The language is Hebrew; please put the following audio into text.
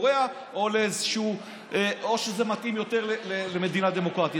קוריאה או שזה מתאים יותר למדינה דמוקרטית.